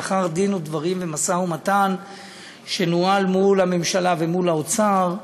לאחר דין ודברים ומשא-ומתן שנוהל מול הממשלה ומול האוצר,